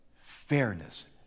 fairness